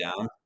Down